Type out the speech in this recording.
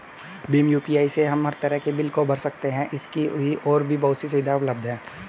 Bhim UPI से हम हर तरह के बिल को भर सकते है, इसकी और भी बहुत सी सुविधाएं उपलब्ध है